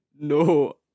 No